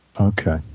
Okay